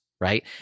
right